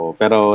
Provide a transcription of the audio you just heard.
pero